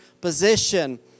position